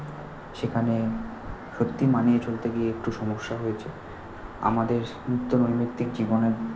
সেখানে সত্যি মানিয়ে চলতে গিয়ে একটু সমস্যা হয়েছে আমাদের নিত্যনৈমিত্তিক জীবনের